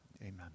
amen